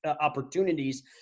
opportunities